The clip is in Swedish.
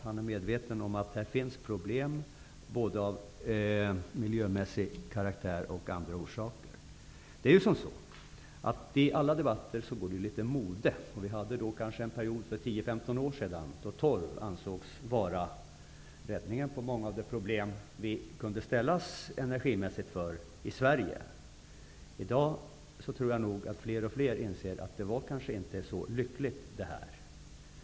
Han är medveten om att det finns problem både miljömässigt och av andra orsaker I alla debatter kan det gå litet av mode, och vi hade en period för 10--15 år sedan då torv ansågs vara räddningen för många av de problem som vi kunde ställas inför på energiområdet i Sverige. I dag tror jag att fler och fler inser att det inte var så lyckligt.